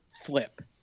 flip